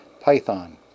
python